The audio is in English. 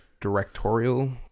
directorial